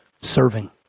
serving